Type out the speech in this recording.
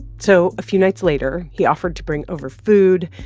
so a few nights later, he offered to bring over food.